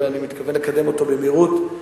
ואני מתכוון לקדם אותו במהירות,